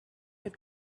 had